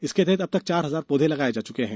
इसके तहत अब तक चार हजार पौधे लगाये जा चुके हैं